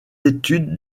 études